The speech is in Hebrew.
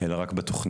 אלא רק בתוכנית.